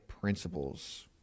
principles